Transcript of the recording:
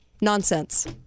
nonsense